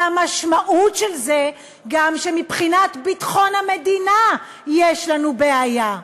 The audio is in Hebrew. והמשמעות של זה היא גם שמבחינת ביטחון המדינה יש לנו בעיה.